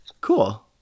Cool